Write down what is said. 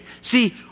See